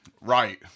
right